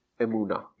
emuna